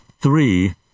three